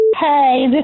Hey